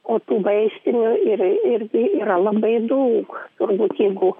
o tų vaistinių yra irgi yra labai daug turbūt jeigu